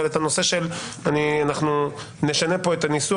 אבל נשנה פה את הניסוח,